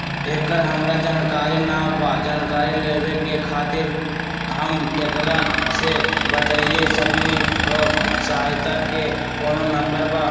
एकर हमरा जानकारी न बा जानकारी लेवे के खातिर हम केकरा से बातिया सकली ह सहायता के कोनो नंबर बा?